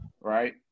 right